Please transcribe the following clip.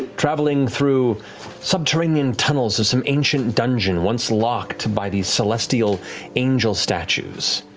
traveling through subterranean tunnels of some ancient dungeon, once locked by these celestial angel statues.